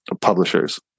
publishers